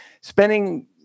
spending